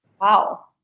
Wow